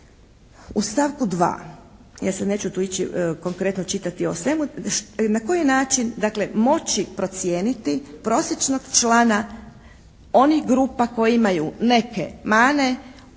u stavku 2., ja sad neću tu ići konkretno čitati o svemu, na koji način dakle moći procijeniti prosječnog člana onih grupa koji imaju neke mane,